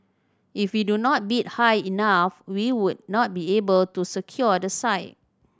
if we do not bid high enough we would not be able to secure the site